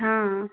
हाँ